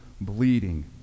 bleeding